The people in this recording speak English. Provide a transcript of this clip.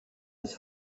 his